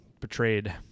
betrayed